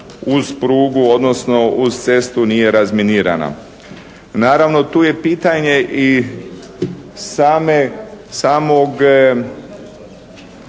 uz prugu, odnosno uz cestu nije razminirana. Naravno tu je pitanje i samog